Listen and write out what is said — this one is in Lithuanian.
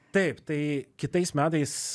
taip tai kitais metais